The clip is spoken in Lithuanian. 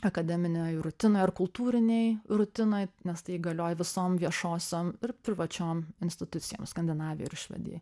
akademinėj rutinoj ar kultūrinėj rutinoj nes tai galioja visom viešosiom ir privačiom institucijom skandinavijoj ir švedijoj